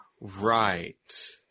Right